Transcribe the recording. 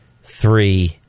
three